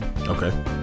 Okay